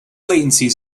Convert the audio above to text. latencies